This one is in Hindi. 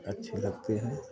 अच्छे लगते हैं